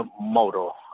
Moro